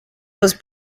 was